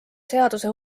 seaduse